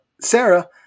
Sarah